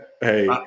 Hey